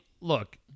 look